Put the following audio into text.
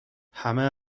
همه